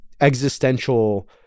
existential